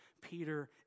Peter